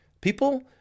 People